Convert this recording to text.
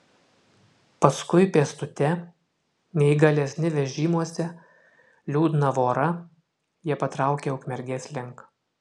paskui pėstute neįgalesni vežimuose liūdna vora jie patraukė ukmergės link